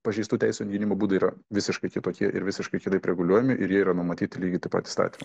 pažeistų teisių gynimo būdai yra visiškai kitokie ir visiškai kitaip reguliuojami ir jie yra numatyti lygiai taip pat įstatymu